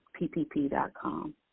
ppp.com